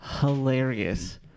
hilarious